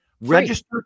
register